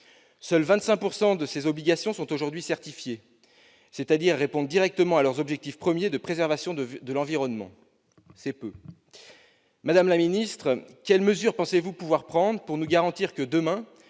Seulement 25 % de ces obligations sont aujourd'hui certifiées, c'est-à-dire répondent directement à leur objectif premier de préservation de l'environnement. C'est peu. Madame la secrétaire d'État, quelles mesures pensez-vous pouvoir prendre pour nous garantir que, demain,